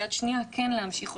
ועם יד שנייה כן להמשיך,